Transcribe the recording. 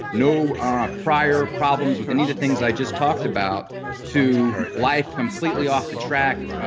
no ah prior problems with any of the things i just talked about to life completely off the track,